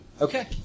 Okay